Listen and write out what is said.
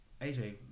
AJ